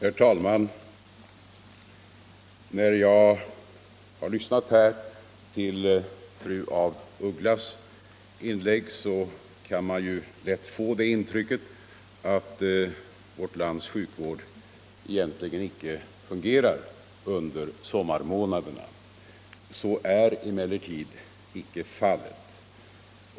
Nr 90 Herr talman! Av fru af Ugglas inlägg kan man lätt få det intrycket Måndagen den att vårt lands sjukvård egentligen inte fungerar under sommarmånaderna. 26 maj 1975 Så är emellertid icke fallet.